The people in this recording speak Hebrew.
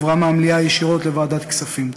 עברה מהמליאה ישירות לוועדת הכספים.